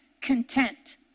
Content